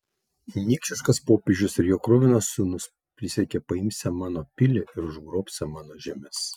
niekšiškas popiežius ir jo kruvinas sūnus prisiekė paimsią mano pilį ir užgrobsią mano žemes